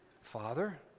Father